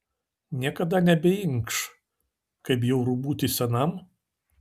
niekada nebeinkš kaip bjauru būti senam